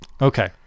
Okay